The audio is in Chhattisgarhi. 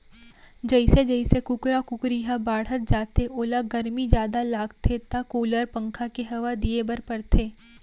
जइसे जइसे कुकरा कुकरी ह बाढ़त जाथे ओला गरमी जादा लागथे त कूलर, पंखा के हवा दिये बर परथे